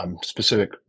specific